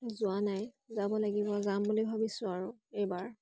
যোৱা নাই যাব লাগিব যাম বুলি ভাবিছোঁ আৰু এইবাৰ